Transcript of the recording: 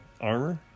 armor